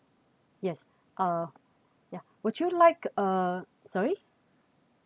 yes uh yeah would you like uh sorry